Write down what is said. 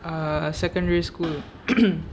ah secondary school